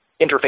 interface